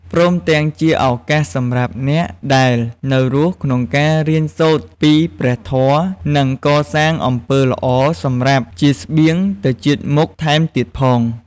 ព្រមទាំងជាឱកាសសម្រាប់អ្នកដែលនៅរស់ក្នុងការរៀនសូត្រពីព្រះធម៌ និងកសាងអំពើល្អសម្រាប់ជាស្បៀងទៅជាតិមុខថែមទៀតផង។